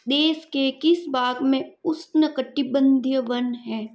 देश के किस भाग में ऊष्णकटिबन्धीय वन हैं